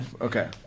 Okay